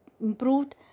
improved